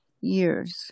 years